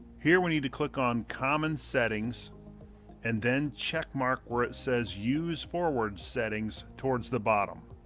here we need to click on common settings and then check mark where it says use forward settings towards the bottom.